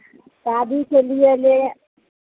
शादी के लिए ले